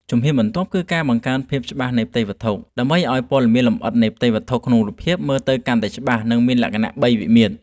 ជំហ៊ានបន្ទាប់គឺការបង្កើន ភាពច្បាស់នៃផ្ទៃវត្ថុ ដើម្បីធ្វើឱ្យព័ត៌មានលម្អិតនៃផ្ទៃវត្ថុក្នុងរូបភាពមើលទៅកាន់តែច្បាស់ និងមានលក្ខណៈបី វិមាត្រ។